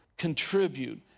Contribute